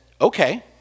okay